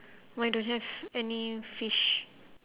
mine don't have any fish